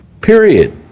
Period